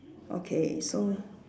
okay so